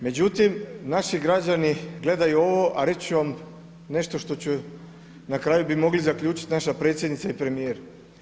Međutim naši građani gledaju ovo a reći ću vam nešto što ću, na kraju bi mogli zaključiti naša predsjednica i premijer.